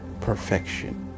perfection